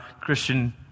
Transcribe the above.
Christian